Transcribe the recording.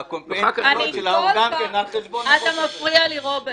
--- על חשבון --- אתה מפריע לי, רוברט.